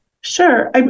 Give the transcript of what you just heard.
Sure